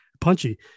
punchy